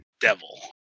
devil